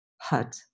hut